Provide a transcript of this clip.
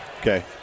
Okay